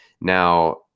Now